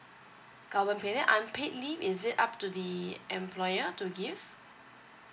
government paid then unpaid leave is it up to the employer to give